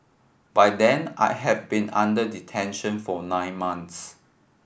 by then I had been under detention for nine months